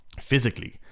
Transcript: physically